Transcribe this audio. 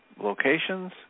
locations